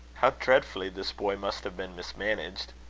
how dreadfully this boy must have been mismanaged!